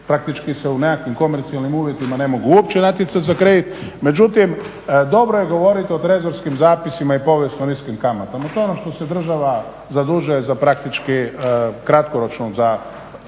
praktički se u nekakvim komercijalnim uvjetima ne mogu uopće natjecati za kredit. Međutim dobro je govoriti o trezorskim zapisima i povijesno niskim kamatom, to je ono što se država zadužuje za praktički kratkoročno za